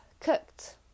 cooked